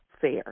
fair